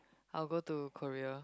I'll go to Korea